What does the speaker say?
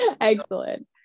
excellent